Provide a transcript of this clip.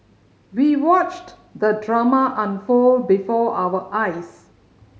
we watched the drama unfold before our eyes